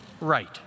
right